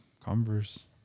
Converse